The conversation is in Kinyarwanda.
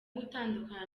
gutandukana